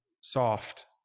soft